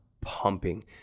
pumping